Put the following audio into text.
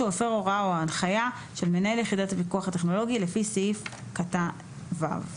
הפר הוראה או הנחיה של מנהל יחידת הפיקוח הטכנולוגי לפי סעיף קטן (1).